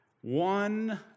one